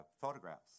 photographs